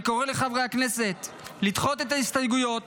אני קורא לחברי הכנסת לדחות את ההסתייגויות